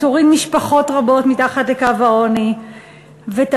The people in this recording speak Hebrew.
תוריד משפחות רבות מתחת לקו העוני ותהפוך